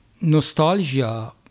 nostalgia